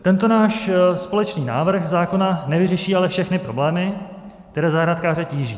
Tento náš společný návrh zákona ale nevyřeší všechny problémy, které zahrádkáře tíží.